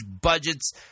budgets